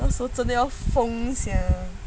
真的要疯 sia